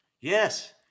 Yes